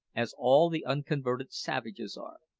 as all the unconverted savages are.